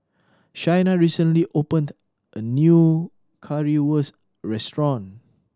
Shayna recently opened a new Currywurst restaurant